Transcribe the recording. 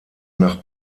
nach